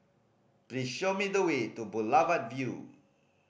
please show me the way to Boulevard Vue